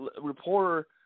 reporter